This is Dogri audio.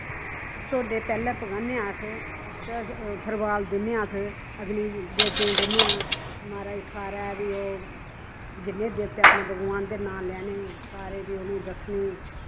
टोड्डे पैह्ले पकाने अस ते थरवाल दिन्ने अस अग्नी देवते दिन्ने आ माराज सारे फ्ही ओह् जेह्के देवते आपने भगवान दे नांऽ लैने सारे फ्ही उनें दस्सनी